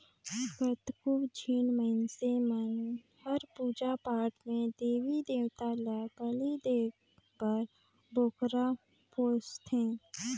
कतको झिन मइनसे मन हर पूजा पाठ में देवी देवता ल बली देय बर बोकरा पोसथे